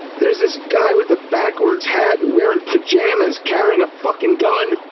there's this guy with a backwards hat, wearin' pajamas, carryin' a fuckin' gun!